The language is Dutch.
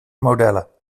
modellen